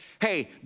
hey